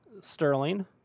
Sterling